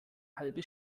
halbe